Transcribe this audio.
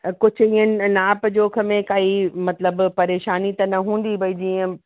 त ईंअ कुझु माप जोख में काई मतिलब परेशानी त न हूंदी भई जीअं